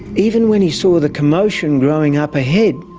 even when he saw the commotion growing up ahead,